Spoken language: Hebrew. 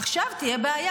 עכשיו תהיה בעיה.